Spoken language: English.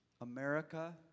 America